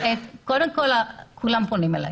קודם כול, כולם פונים אליי.